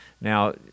now